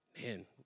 man